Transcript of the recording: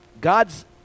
God's